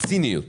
והציניות